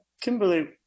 Kimberly